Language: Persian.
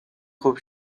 خوب